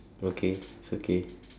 okay it's okay